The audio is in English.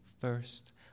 first